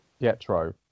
Pietro